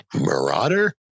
Marauder